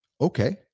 Okay